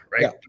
right